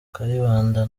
kayibanda